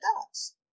dots